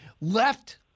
left